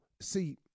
See